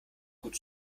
gut